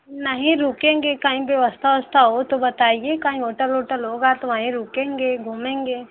नहीं रुकेंगे कहीं व्यवस्था उवस्था हो तो बताइए कहीं होटल उतल होगा तो वहीं रुकेंगे घूमेंगे